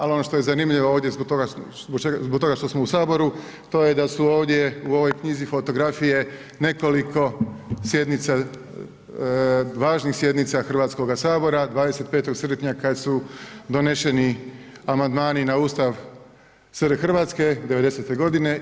Ali ono što je zanimljivo ovdje zbog toga što smo u Saboru to je da su ovdje u ovoj knjizi fotografije nekoliko sjednica, važnih sjednica Hrvatskoga sabora 25. srpnja kada su doneseni amandmani na Ustav SR Hrvatske 90-te godine.